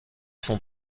sont